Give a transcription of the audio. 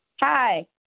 Hi